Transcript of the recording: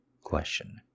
question